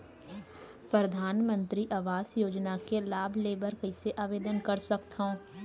परधानमंतरी आवास योजना के लाभ ले बर कइसे आवेदन कर सकथव?